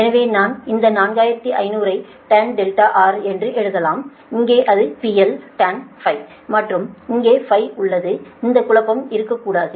எனவே நாம் இந்த4500 ஐ tan R என்று எழுதலாம் இங்கே அது PL Tan மற்றும் இங்கே உள்ளது எந்த குழப்பமும் இருக்கக்கூடாது